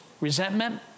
resentment